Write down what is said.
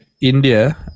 India